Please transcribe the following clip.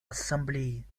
ассамблеи